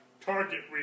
Target